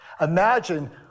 Imagine